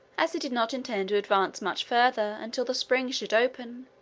as he did not intend to advance much farther until the spring should open,